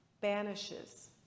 banishes